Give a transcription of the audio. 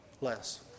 less